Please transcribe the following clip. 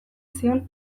zion